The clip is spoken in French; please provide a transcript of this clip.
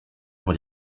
pour